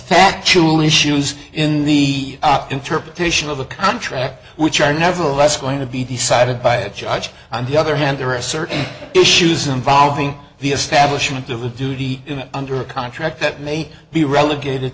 factual issues in the interpretation of the contract which are nevertheless going to be decided by a judge on the other hand there are certain issues involving the establishment of a duty under a contract that may be relegated